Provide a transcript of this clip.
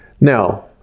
Now